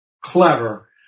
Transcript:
clever